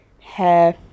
hair